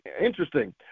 interesting